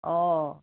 অ'